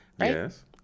Yes